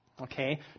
Okay